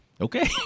okay